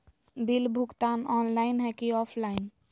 Bill भुगतान online है की ऑफलाइन?